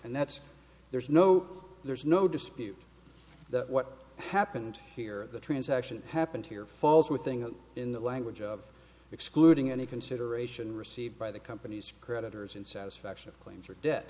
and that's there's no there's no dispute that what happened here of the transaction happened here falls with thing in the language of excluding any consideration received by the company's creditors in satisfaction of claims or de